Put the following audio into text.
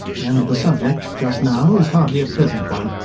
and the subject just now is hardly a pleasant one.